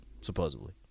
supposedly